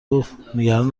گفتنگران